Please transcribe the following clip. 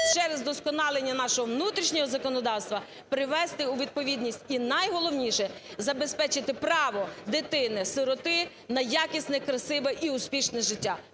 через вдосконалення нашого внутрішнього законодавства привести у відповідність, і найголовніше, забезпечити право дитини-сироти на якісне, красиве і успішне життя